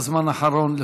בזמן האחרון,